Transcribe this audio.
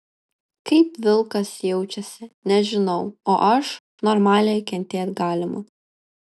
kaip vilkas jaučiasi nežinau o aš normaliai kentėt galima